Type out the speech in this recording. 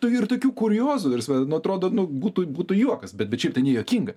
tai ir tokių kuriozų ta prasme nu atrodo nu būtų būtų juokas bet bet šiaip tai nejuokinga